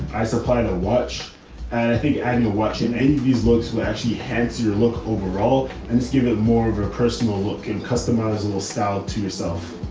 i supplied ah watch and i think annual watching any of these books were actually handsy or look overall, and just give it more of a personal look and customize a little style to yourself.